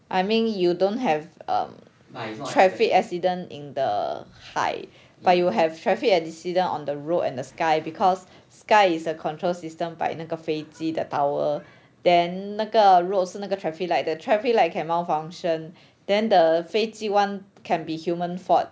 I mean you don't have um traffic accident in the high but you will have traffic accident on the road and the sky because sky is a control system by 那个飞机 the tower then 那个 roads 是那个 traffic light the traffic light can malfunction then the 飞机 [one] can be human fault